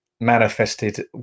manifested